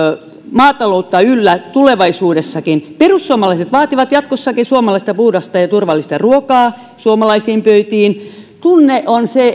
maataloutta yllä tulevaisuudessakin perussuomalaiset vaativat jatkossakin suomalaista puhdasta ja turvallista ruokaa suomalaisiin pöytiin tunne on se